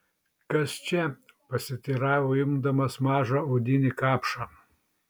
kas čia pasiteiravo imdamas mažą odinį kapšą